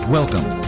Welcome